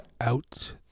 out